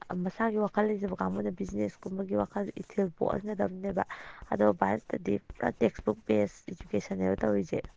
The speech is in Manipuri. ꯃꯁꯥꯒꯤ ꯋꯥꯈꯜ ꯂꯩꯖꯕ ꯀꯥꯡꯕꯨꯅ ꯕꯤꯖꯤꯅꯦꯁꯀꯨꯝꯕꯒꯤ ꯋꯥꯈꯜꯗ ꯏꯊꯤꯜ ꯄꯣꯛꯍꯟꯒꯗꯝꯅꯦꯕ ꯑꯗꯨꯒ ꯚꯥꯔꯠꯇꯗꯤ ꯄꯨꯔꯥ ꯇꯦꯛꯁꯕꯨꯛ ꯕꯦꯁ ꯏꯖꯨꯀꯦꯁꯟꯅꯦꯕ ꯇꯧꯔꯤꯁꯦ